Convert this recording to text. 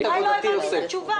אולי לא הבנתי את התשובה.